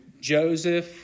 Joseph